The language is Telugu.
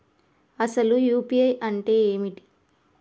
అసలు యూ.పీ.ఐ అంటే ఏమిటి?